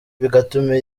bigatuma